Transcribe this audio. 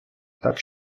так